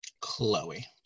Chloe